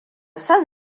son